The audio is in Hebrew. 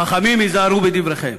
חכמים היזהרו בדבריכם,